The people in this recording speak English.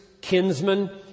kinsmen